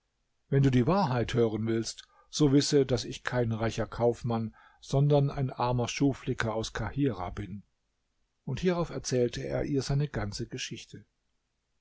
wenn du die wahrheit hören willst so wisse daß ich kein reicher kaufmann sondern ein armer schuhflicker aus kahirah bin und hierauf erzählte er ihr seine ganze geschichte